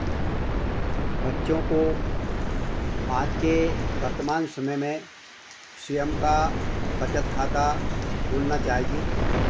बच्चों को आज के वर्तमान समय में स्वयं का बचत खाता खोलना चाहिए